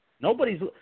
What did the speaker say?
Nobody's